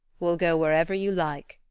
we'll go wherever you like,